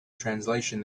translation